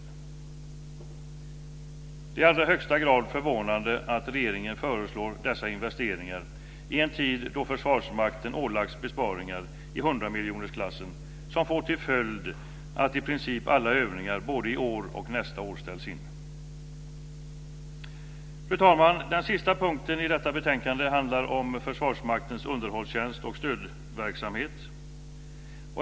Det är i allra högsta grad förvånande att regeringen föreslår dessa investeringar i en tid då Försvarsmakten ålagts besparingar i hundramiljonersklassen som får till följd att i princip alla övningar både i år och nästa år ställs in. Fru talman! Den sista punkten i detta betänkande handlar om Försvarsmaktens underhållstjänst och stödverksamhet.